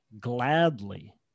gladly